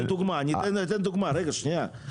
אני אתן דוגמה רגע שניה.